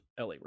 LA